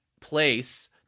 place